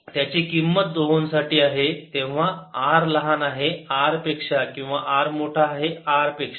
ची किंमत दोहोंसाठी आहे तेव्हा r लहान आहे R पेक्षा किंवा r मोठा आहे R पेक्षा